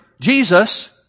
Jesus